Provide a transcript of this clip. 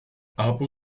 aber